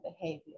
behavior